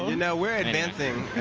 you know we are advancing.